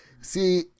See